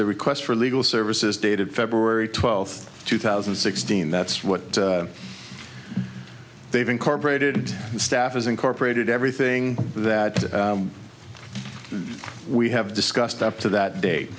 the request for legal services dated february twelfth two thousand and sixteen that's what they've incorporated staff is incorporated everything that we have discussed up to that date